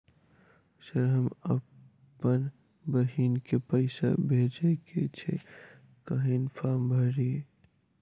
Sir हम अप्पन बहिन केँ पैसा भेजय केँ छै कहैन फार्म भरीय?